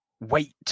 Wait